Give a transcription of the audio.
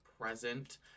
present